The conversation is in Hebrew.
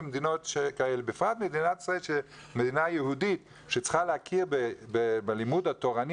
בפרט מדינת ישראל שהיא מדינה יהודית שצריכה להכיר בלימוד התורני